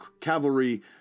Cavalry